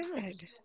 Good